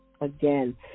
Again